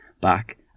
back